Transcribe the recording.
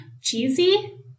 Cheesy